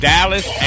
Dallas